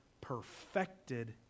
perfected